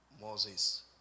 Moses